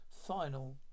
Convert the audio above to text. final